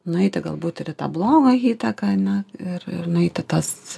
nueiti galbūt ir tą blogą įtaką ane ir ir nueit į tas